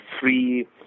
free